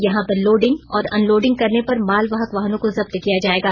यहां पर लोडिंग और अनलोडिंग करने पर मालवाहक वाहनों को जब्त किया जायेगा